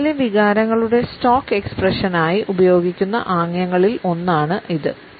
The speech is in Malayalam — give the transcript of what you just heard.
സിനിമകളിലെ വികാരങ്ങളുടെ സ്റ്റോക്ക് എക്സ്പ്രഷനായി ഉപയോഗിക്കുന്ന ആംഗ്യങ്ങളിൽ ഒന്നാണ് ഇത്